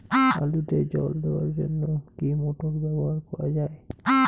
আলুতে জল দেওয়ার জন্য কি মোটর ব্যবহার করা যায়?